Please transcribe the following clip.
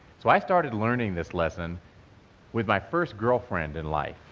so, i started learning this lesson with my first girlfriend in life.